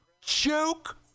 Joke